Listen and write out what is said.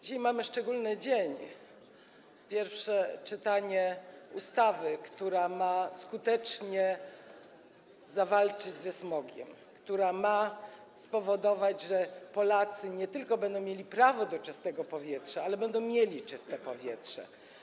Dzisiaj mamy szczególny dzień: pierwsze czytanie projektu ustawy, która ma skutecznie zawalczyć ze smogiem, która ma spowodować, że Polacy nie tylko będą mieli prawo do czystego powietrza, ale też będą mieli czyste powietrze.